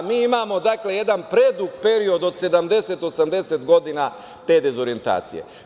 Dakle, mi imamo jedan predug period od 70, 80 godina te dezorijentacije.